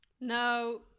No